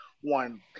one